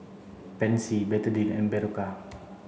Pansy Betadine and Berocca